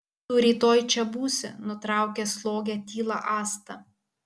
tu rytoj čia būsi nutraukė slogią tylą asta